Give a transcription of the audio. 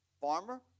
farmer